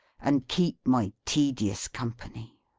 and keep my tedious company?